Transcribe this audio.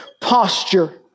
posture